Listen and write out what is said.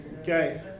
Okay